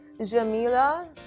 Jamila